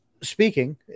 speaking